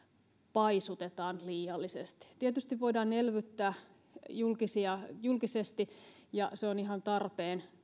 paisutetaan liiallisesti tietysti voidaan elvyttää julkisesti ja se on ihan tarpeen